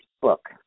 book